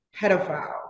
pedophile